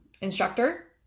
instructor